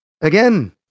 again